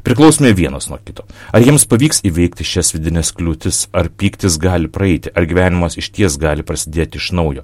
priklausomi vienas nuo kito ar jiems pavyks įveikti šias vidines kliūtis ar pyktis gali praeiti ar gyvenimas išties gali prasidėti iš naujo